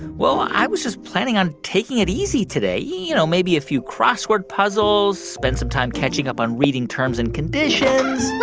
i was just planning on taking it easy today. you know, maybe a few crossword puzzles, spend some time catching up on reading terms and conditions.